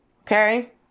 okay